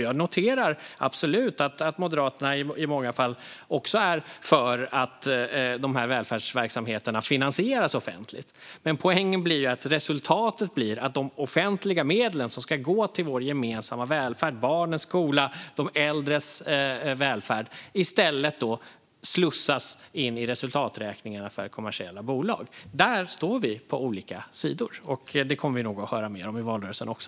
Jag noterar absolut att Moderaterna i många fall också är för att dessa välfärdsverksamheter finansieras offentligt. Men poängen är ju att resultatet blir att de offentliga medel som ska gå till vår gemensamma välfärd, barnens skola och de äldres välfärd i stället slussas in i resultaträkningarna för kommersiella bolag. Där står vi på olika sidor. Det kommer vi nog att höra mer om i valrörelsen också.